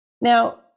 Now